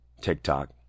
TikTok